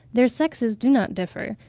their sexes do not differ,